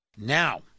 Now